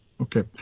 Okay